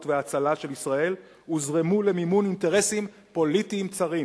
וההצלה של ישראל הוזרמו למימון אינטרסים פוליטיים צרים.